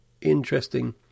Interesting